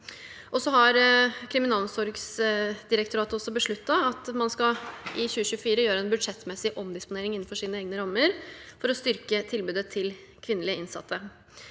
Og så har Kriminalomsorgsdirektoratet besluttet at man i 2024 skal gjøre en budsjettmessig omdisponering innenfor egne rammer for å styrke tilbudet til kvinnelige innsatte.